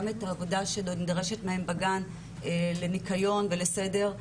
גם את העבודה שנדרשת להן בגן לניקיון ולסדר,